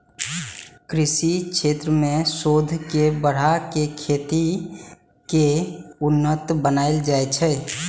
कृषि क्षेत्र मे शोध के बढ़ा कें खेती कें उन्नत बनाएल जाइ छै